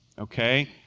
okay